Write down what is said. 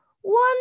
one